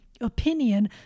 opinion